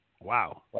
Wow